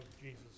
Jesus